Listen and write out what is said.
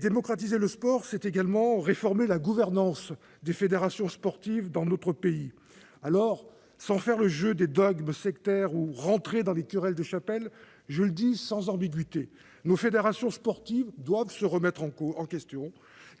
Démocratiser le sport, c'est aussi réformer la gouvernance des fédérations sportives dans notre pays. Sans faire le jeu des dogmes sectaires ou entrer dans les querelles de chapelle, je le dis sans ambiguïté : nos fédérations sportives doivent se remettre en question,